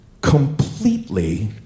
completely